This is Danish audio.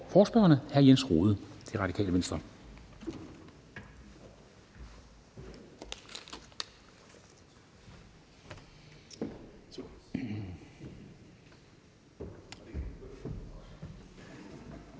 forespørgerne, hr. Jens Rohde, Det Radikale Venstre.